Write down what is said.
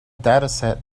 dataset